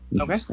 Okay